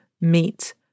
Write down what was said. meet